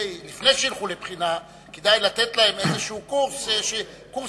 שלפני שילכו לבחינה כדאי לתת להם איזשהו קורס מכין,